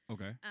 Okay